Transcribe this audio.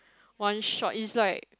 one short is like